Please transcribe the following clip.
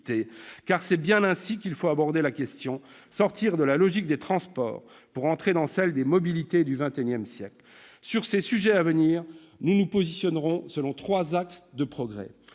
c'est bien ainsi qu'il faut aborder la question : sortir de la logique des transports pour entrer dans celle des mobilités du XXI siècle. Sur ces sujets, nous nous positionnerons selon trois axes de progrès.